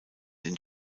den